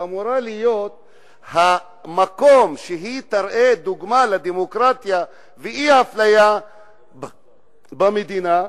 שאמורה להיות מקום שמראה דוגמה לדמוקרטיה ואי-אפליה במדינה,